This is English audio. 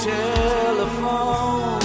telephone